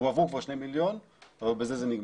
הועברו כבר שני מיליון אבל בזה זה נגמר.